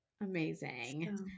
Amazing